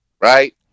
Right